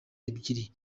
ebyiri